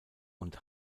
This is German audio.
und